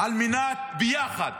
-- ביחד,